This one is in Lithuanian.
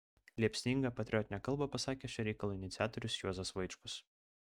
liepsningą patriotinę kalbą pasakė šio reikalo iniciatorius juozas vaičkus